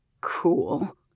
cool